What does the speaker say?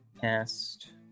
cast